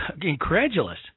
incredulous